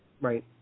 Right